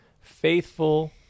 faithful